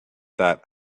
that